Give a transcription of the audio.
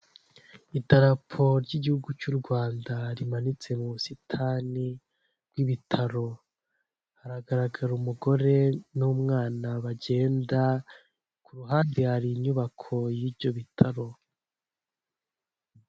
Idarapo ry'igihugu cy'u rwanda rimanitse mu busitani n'ibitaro hagaragara umugore n'umwana bagenda ku ruhande hari inyubako y'ibyo bitaro.